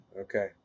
okay